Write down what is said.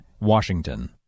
Washington